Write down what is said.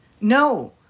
No